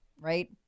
right